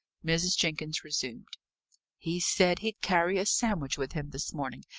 mrs. jenkins resumed he said he'd carry a sandwich with him this morning,